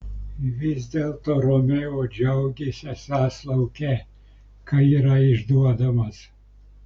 vis dėlto romeo džiaugėsi esąs lauke kai yra išduodamas